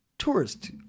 tourist